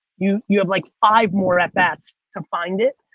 you you have like five more at best to find it.